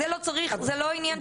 זה לא צריך, זה לא עניין,